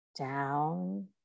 down